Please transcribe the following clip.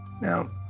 Now